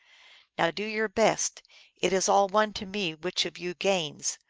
now, do your best it is all one to me which of you gains,